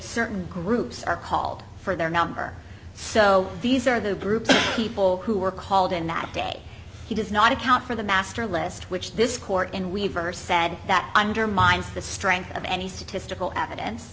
certain groups are called for their number so these are the group of people who were called in that day he does not account for the master list which this court in weaver said that undermines the strength of any statistical evidence